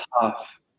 tough